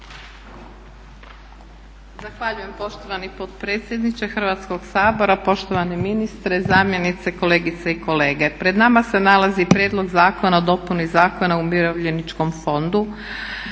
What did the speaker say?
Zahvaljujem poštovani potpredsjedniče Hrvatskog sabora, poštovani ministre, zamjenice, kolegice i kolege. Pred nama se nalazi prijedlog zakona o dopuni Zakona o umirovljeničkom fondu.